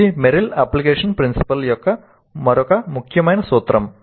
ఇది మెరిల్ application principle యొక్క మరొక ముఖ్యమైన సూత్రం